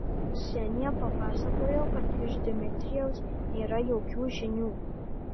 ksenija papasakojo kad iš dmitrijaus nėra jokių žinių